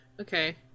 Okay